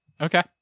Okay